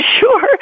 sure